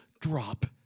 drop